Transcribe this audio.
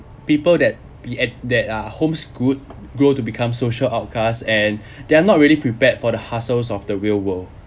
people that be at that are homeschooled grow to become social outcasts and they are not really prepared for the hustles of the real world